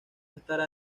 estará